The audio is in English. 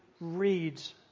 reads